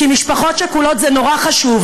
כי משפחות שכולות זה נורא חשוב,